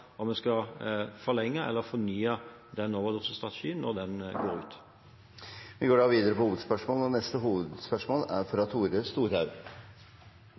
om vi skal forlenge eller fornye overdosestrategien når den går ut. Vi går